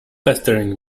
pestering